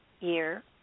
year